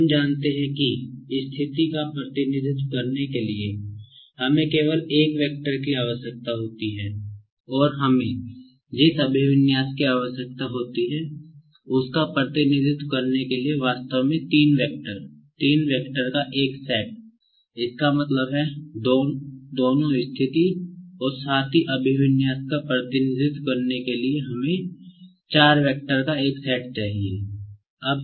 हम जानते हैं कि स्थिति का प्रतिनिधित्व करने के लिए हमें केवल एक वेक्टर की आवश्यकता होती है और हमें जिस अभिविन्यास की आवश्यकता होती है उसका प्रतिनिधित्व करने के लिए वास्तव में तीन वैक्टर तीन वैक्टर का एक सेट इसका मतलब है दोनों स्थिति और साथ ही अभिविन्यास का प्रतिनिधित्व करने के लिए हमें चार वैक्टर का एक सेट चाहिए